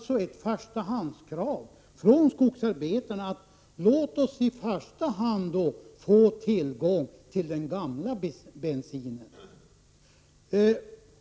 Ett förstahandskrav från skogsarbetarna är att få tillgång till den gamla bensinen.